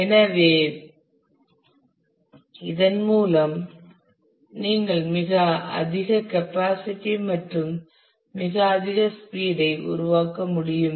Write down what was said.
எனவே இதன் மூலம் நீங்கள் மிக அதிக கெப்பாசிட்டி மற்றும் மிக அதிக ஸ்பீட் ஐ உருவாக்க முடியும்